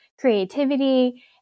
creativity